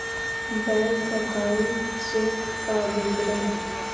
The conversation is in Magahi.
बैक अकाउंट चेक का विवरण?